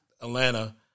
Atlanta